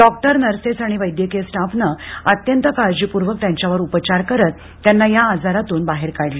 doctor nurses आणि वैद्यकीय स्टाफने अत्यंत काळजीपूर्वक त्यांच्यावर उपचार करत त्यांना या आजारातून बाहेर काढले